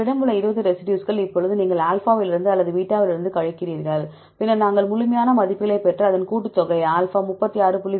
உங்களிடம் உள்ள 20 ரெசிடியூஸ்கள் இப்போது நீங்கள் ஆல்பாவிலிருந்து அல்லது பீட்டாவிலிருந்து கழிக்கிறீர்கள் பின்னர் நாங்கள் முழுமையான மதிப்புகளைப் பெற்று அதன் கூட்டுத்தொகை ஆல்பா 36